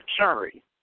Sorry